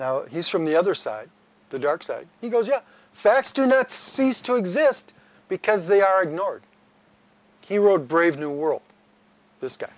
now he's from the other side the dark side he goes yes facts do not cease to exist because they are ignored he wrote brave new world this guy